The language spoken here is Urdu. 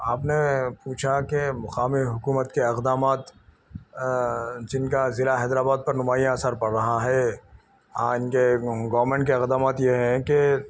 آپ نے پوچھا کہ مقامی حکومت کے اقدامات جن کا ضلع حیدر آباد پر نمایاں اثر پڑ رہا ہے گورنمنٹ کا اقدامات یہ ہیں کہ